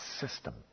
system